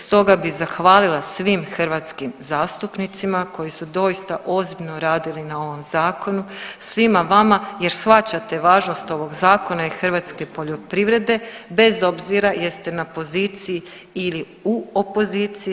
Stoga bih zahvalila svim hrvatskim zastupnicima koji su doista ozbiljno radili na ovom zakonu, svima vama jer shvaćate važnost ovog zakona i hrvatske poljoprivrede, bez obzira jeste na poziciji ili u opoziciji.